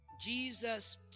Jesus